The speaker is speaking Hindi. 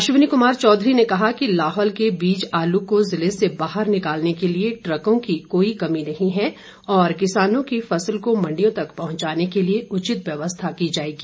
अश्वनी कुमार चौधरी ने कहा कि लाहौल के बीज आलू को ज़िले से बाहर निकालने के लिए ट्रकों की कोई कमी नहीं है और किसानों की फसल को मंडियों तक पहुंचाने के लिए उचित व्यवस्था की जाएगी